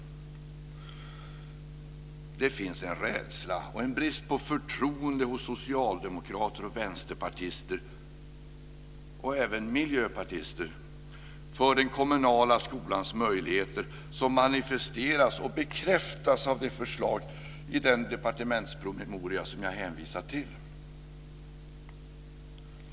Det finns en rädsla och en brist på förtroende hos socialdemokrater, vänsterpartister och även miljöpartister för den kommunala skolans möjligheter som manifesteras och bekräftas av förslaget i den departementspromemoria som jag hänvisat till.